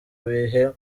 biba